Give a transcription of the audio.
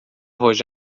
hoje